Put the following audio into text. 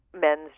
men's